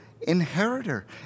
inheritor